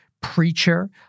Preacher